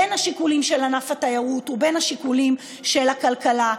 בין השיקולים של ענף התיירות ובין השיקולים של הכלכלה,